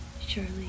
Surely